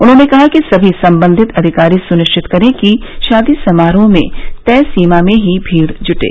उन्होंने कहा की सभी सम्बंधित अधिकारी सुनिश्चित करें कि शादी समारोह में तय सीमा में ही भीड़ जुटे